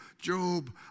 Job